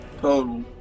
total